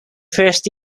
first